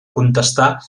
contestar